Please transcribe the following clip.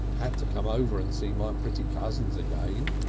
had to come over and see my pretty cousins again.